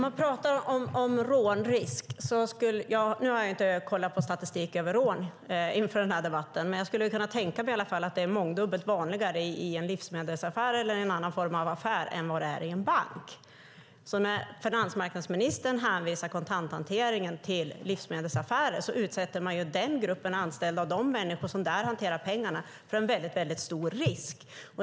Herr talman! Nu har jag inte kollat på statistik över rån inför den här debatten, men jag skulle kunna tänka mig att de är mångdubbelt vanligare i livsmedelsaffärer och andra affärer än i banker. När finansmarknadsministern hänvisar kontanthanteringen till livsmedelsaffärer innebär det att man utsätter de människor som där hanterar pengarna för en väldigt stor risk.